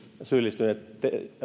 syyllistyneet